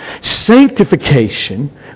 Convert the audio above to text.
sanctification